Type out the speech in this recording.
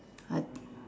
I